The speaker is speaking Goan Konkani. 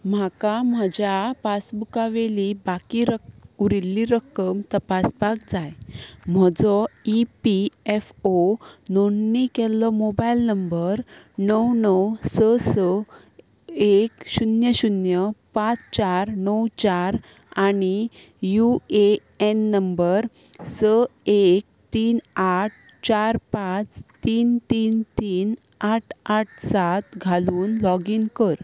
म्हाका म्हज्या पासबुका वेली बाकी रक् उरिल्ली रक्कम तपासपाक जाय म्हजो ई पी एफ ओ नोंदणी केल्लो मोबायल नंबर णव णव स स एक शुन्य शुन्य पांच चार णव चार आनी यु ए एन नंबर स एक तीन आठ चार पांच तीन तीन तीन आठ आठ सात घालून लॉगीन कर